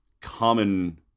common